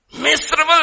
Miserable